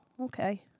okay